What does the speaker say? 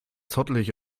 zottelig